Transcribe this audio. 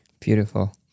beautiful